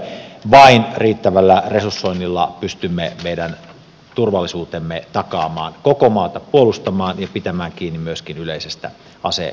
vain riittävällä resursoinnilla pystymme meidän turvallisuutemme takaamaan koko maata puolustamaan ja pitämään kiinni myöskin yleisestä asevelvollisuudestamme